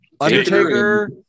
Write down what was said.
Undertaker